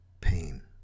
pain